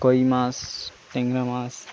কই মাছ ট্যাংরা মাছ